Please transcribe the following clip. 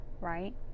right